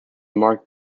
marked